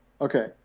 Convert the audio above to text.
Okay